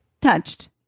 Touched